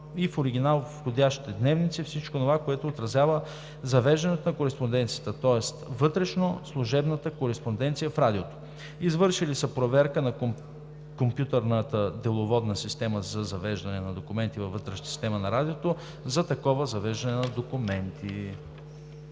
са в оригинал входящите дневници – всичко онова, което отразява завеждането на кореспонденцията, тоест вътрешно служебната кореспонденция в Радиото. Извършили са проверка на компютърната деловодна система за завеждане на документи във вътрешната система на Радиото за такова завеждане на документи.“